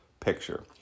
picture